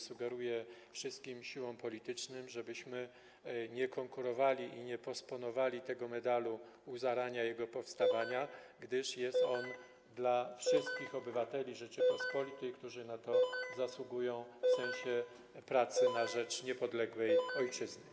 Sugeruję wszystkim siłom politycznym, żebyśmy nie konkurowali i nie postponowali tego medalu u zarania jego powstania, gdyż jest on dla wszystkich obywateli Rzeczypospolitej, którzy na to zasługują w sensie pracy na rzecz niepodległej ojczyzny.